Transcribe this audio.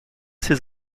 ces